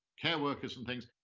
care workers and things.